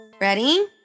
Ready